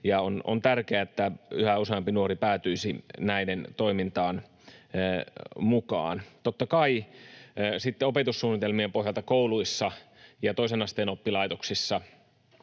on tärkeää, että yhä useampi nuori päätyisi näiden toimintaan mukaan. Totta kai sitten opetussuunnitelmien pohjalta kouluissa ja toisen asteen oppilaitoksissa